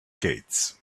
gates